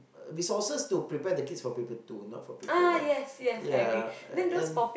resources to prepare the kids for paper two not for paper one ya and